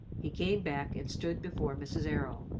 he came back and stood before mrs. errol.